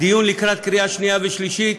את הדיון לקראת קריאה שנייה ושלישית